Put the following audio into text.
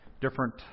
different